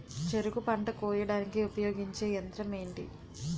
చెరుకు పంట కోయడానికి ఉపయోగించే యంత్రం ఎంటి?